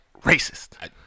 racist